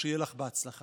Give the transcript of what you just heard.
שיהיה לך בהצלחה.